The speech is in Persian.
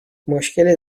مشکلی